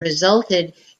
resulted